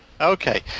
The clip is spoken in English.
Okay